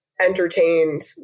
entertained